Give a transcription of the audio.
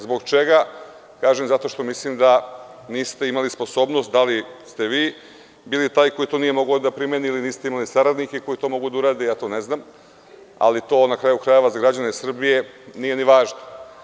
Zbog čega, kažem zato što mislim da niste imali sposobnost da li ste vi bili taj koji je to nije mogao da primeni ili niste imali saradnike koji to mogu urade, ja to ne znam, ali to na kraju krajeva za građane Srbije nije ni važno.